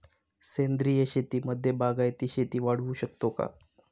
सेंद्रिय शेतीमध्ये बागायती शेती वाढवू शकतो का?